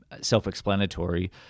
self-explanatory